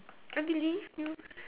I believe you